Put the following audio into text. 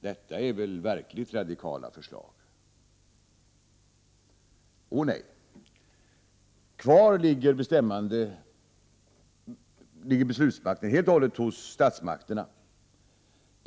Detta är väl verkligt radikala förslag? Ånej! Beslutsmakten ligger helt och hållet kvar hos statsmakterna.